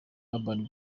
urban